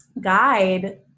guide